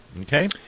Okay